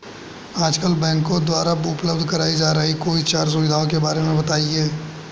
आजकल बैंकों द्वारा उपलब्ध कराई जा रही कोई चार सुविधाओं के बारे में बताइए?